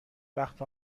وقت